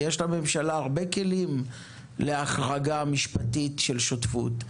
יש לממשלה הרבה כלים להחרגה משפטית של שותפות: